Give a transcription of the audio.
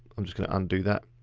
i'm just gonna undo that.